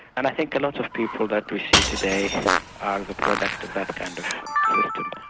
and i think a lot of people that we see today are the product of that kind of system.